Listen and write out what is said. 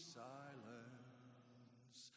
silence